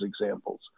examples